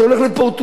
אתה הולך לפורטוגל,